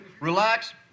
relax